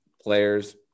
players